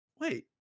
wait